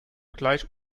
gleich